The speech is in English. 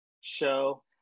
show